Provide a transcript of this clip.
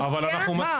אלא ביישובי הקבע,